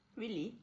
really